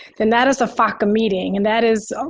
and that is a faca meeting and that is